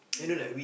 mm